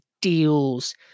deals